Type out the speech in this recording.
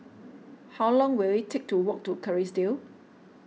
how long will it take to walk to Kerrisdale